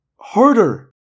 Harder